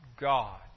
God